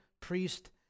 priest